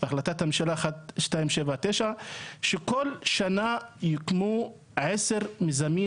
החלטת הממשלה 1279 שכל שנה יוקמו עשר מיזמים